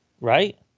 Right